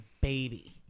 baby